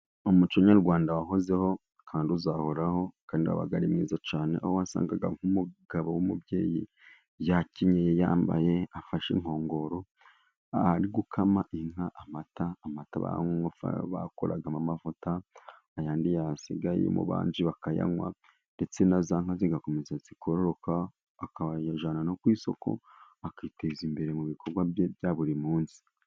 Umuco Nyarwanda wahozeho kandi uzahoraho kandi wabaga ari mwiza cyane, aho wasangaga nk'umugabo w'umubyeyi yakenyeye yambaye afashe inkongoro ari gukama inka amata. Amata bakoragamo amavuta andi yasigaye umubanji bakayanywa ndetse na za nka zigakomeza zikororoka akayajyana no ku isoko akiteza imbere mu bikorwa bye bya buri munsi.